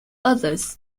others